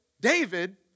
David